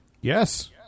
Yes